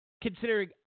considering